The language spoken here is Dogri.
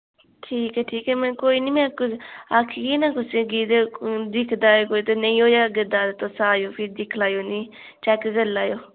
ठीक ऐ ठीक ऐ में कोई निं में आखगी ना कुसै गी ते दिखदा ऐ कोई ते नेईं होएआ अगर तां तुस आएओ फ्ही दिक्खी लैएओ इनें ई चैक्क करी लैएओ